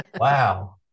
wow